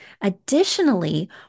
Additionally